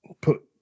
put